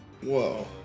Whoa